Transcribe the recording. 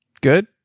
Good